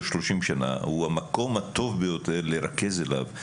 30 שנה הוא המקום הטוב ביותר לרכז אליו.